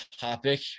topic